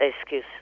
excuse